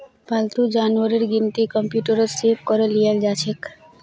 पालतू जानवरेर गिनती कंप्यूटरत सेभ करे लियाल जाछेक